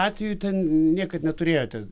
atvejų ten niekad neturėjote